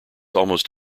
almost